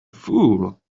fool